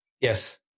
Yes